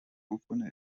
urkunde